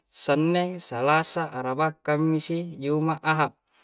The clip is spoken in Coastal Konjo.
Senne, salasa, araba'ka, kamisi, jum'a, aha